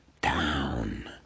down